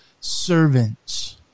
servants